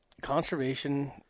conservation